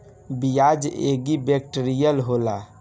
पियाज anti bacterial होला